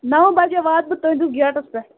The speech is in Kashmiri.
نَو بَجے واتہٕ بہٕ تٕہٕنٛدِس گیٹَس پٮ۪ٹھ